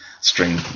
string